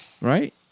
right